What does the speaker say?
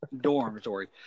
dormitory